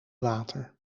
water